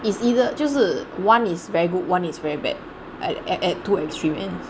is either 就是 one is very good one is very bad at at at two extreme ends